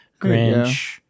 grinch